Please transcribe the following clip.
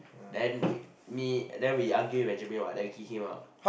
then we me then we argue with Benjamin [what] then we kick him out